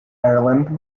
ireland